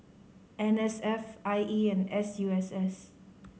N S F I E and S U S S